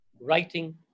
Writing